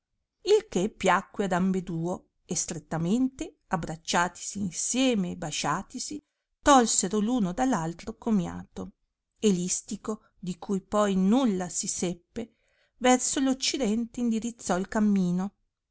il che piacque ad ambeduo e strettamente abbracciatisi insieme e basciatisi tolsero l uno dall altro commiato e listico di cui poi nulla si seppe verso occidente indrizzò il cammino